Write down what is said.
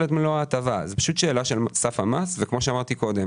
זו דירה שהיא בתהליכי בנייה,